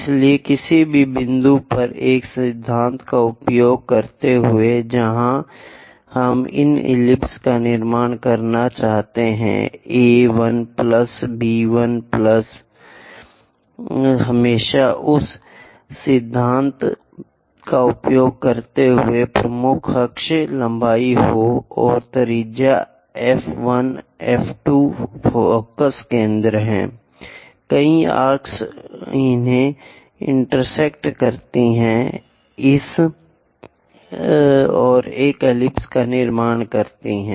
इसलिए किसी भी बिंदु पर एक सिद्धांत का उपयोग करते हुए जहां हम इन एलिप्स का निर्माण करना चाहते हैं ए 1 प्लस बी 1 हमेशा उस सिद्धांत का उपयोग करते हुए प्रमुख अक्ष लंबाई हो और त्रिज्या एफ 1 एफ 2 फ़ोकस केंद्र हैं कई आर्क्स उन्हें प्रतिच्छेद करते हैं और एक एलिप्स का निर्माण करते हैं